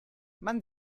man